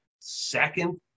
second